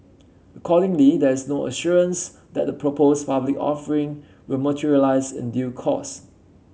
accordingly there is no assurance that the proposed public offering will materialise in due course